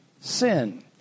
Sin